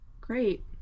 Great